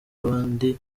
babandi